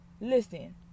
Listen